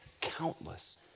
countless